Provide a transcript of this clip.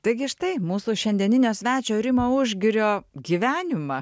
taigi štai mūsų šiandieninio svečio rimo užgirio gyvenimą